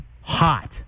Hot